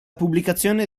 pubblicazione